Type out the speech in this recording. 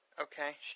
Okay